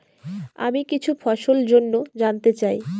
আমি কিছু ফসল জন্য জানতে চাই